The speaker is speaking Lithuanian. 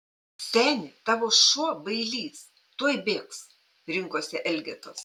seni tavo šuo bailys tuoj bėgs rinkosi elgetos